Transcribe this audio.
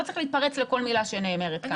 לא צריך להתפרץ לכל מילה שנאמרת כאן.